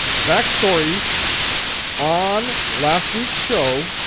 backstory on last week's show,